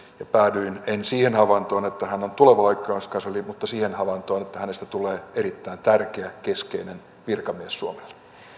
ja päädyin en siihen havaintoon että hän on tuleva oikeuskansleri vaan siihen havaintoon että hänestä tulee erittäin tärkeä keskeinen virkamies suomelle